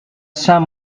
saint